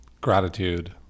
gratitude